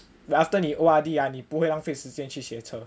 then after 你 O_R_D ah 你不会浪费时间去学车